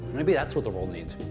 maybe that's what the world needs.